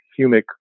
humic